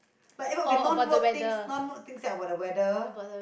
but it okay non work things non work things think about the weather